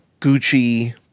gucci